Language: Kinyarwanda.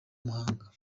muhanga